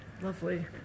lovely